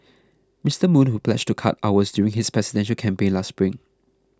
Mister Moon who pledged to cut hours during his presidential campaign last spring